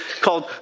called